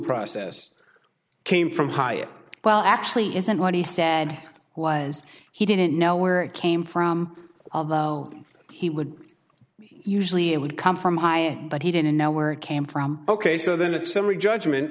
process came from hi well actually isn't what he said was he didn't know where it came from although he would usually it would come from but he didn't know where it came from ok so then it's summary judgment